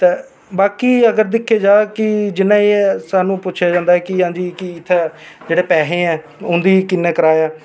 ते बाकी अगर दिक्खेआ जा कि जि'यां कि एह् सानूं पुच्छेआ जंदा कि एह् इत्थें जेह्ड़े पैहे ऐ उं'दा किन्ना किराया ऐ